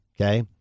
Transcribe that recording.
okay